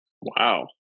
Wow